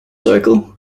circle